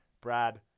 brad